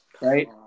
right